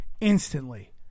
instantly